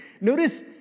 Notice